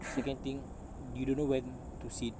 second thing you don't know when to sit